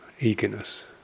eagerness